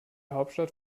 hauptstadt